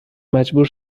مجبور